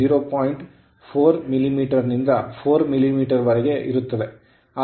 4 millimetre ನಿಂದ 4 millimetre ವರೆಗೆ ಇರುತ್ತದೆ